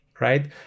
right